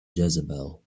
jezebel